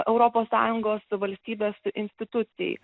europos sąjungos valstybės institucijai